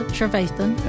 Trevathan